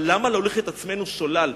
אבל למה להוליך את עצמנו שולל?